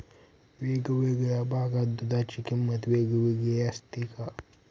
वेगवेगळ्या भागात दूधाची किंमत वेगळी असते का?